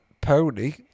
Pony